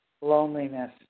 Loneliness